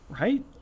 right